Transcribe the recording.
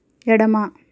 ఎడమ